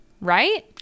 Right